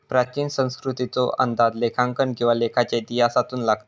प्राचीन संस्कृतीचो अंदाज लेखांकन किंवा लेखाच्या इतिहासातून लागता